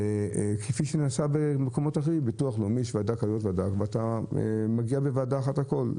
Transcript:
כפי שנעשה במקומות אחרים בביטוח הלאומי אדם מגיע לוועדה אחת על הכול.